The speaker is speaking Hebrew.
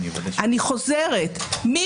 אני חוזרת, אנחנו